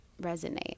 resonate